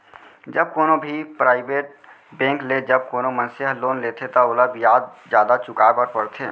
जब कोनो भी पराइबेट बेंक ले जब कोनो मनसे ह लोन लेथे त ओला बियाज जादा चुकाय बर परथे